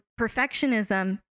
perfectionism